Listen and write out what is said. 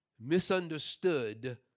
Misunderstood